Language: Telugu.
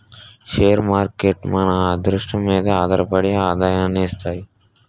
షేర్ మార్కేట్లు మన అదృష్టం మీదే ఆధారపడి ఆదాయాన్ని ఇస్తాయి